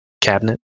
cabinet